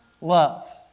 love